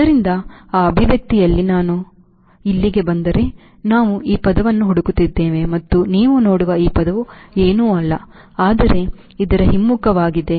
ಆದ್ದರಿಂದ ಆ ಅಭಿವ್ಯಕ್ತಿಯಲ್ಲಿ ಈಗ ನಾನು ಇಲ್ಲಿಗೆ ಬಂದರೆ ನಾವು ಈ ಪದವನ್ನು ಹುಡುಕುತ್ತಿದ್ದೇವೆ ಮತ್ತು ನೀವು ನೋಡುವ ಈ ಪದವು ಏನೂ ಅಲ್ಲ ಆದರೆ ಇದರ ಹಿಮ್ಮುಖವಾಗಿದೆ